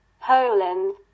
Poland